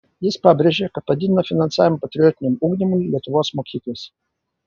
jis pabrėžė kad padidino finansavimą patriotiniam ugdymui lietuvos mokyklose